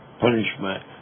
punishment